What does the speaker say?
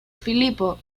filipo